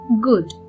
Good